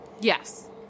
Yes